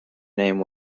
name